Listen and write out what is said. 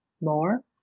more